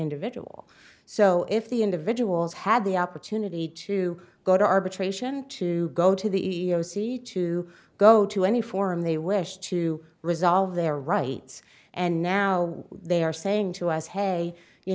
individual so if the individuals had the opportunity to go to arbitration to go to the e e o c to go to any form they wish to resolve their rights and now they are saying to us hey you